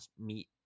meet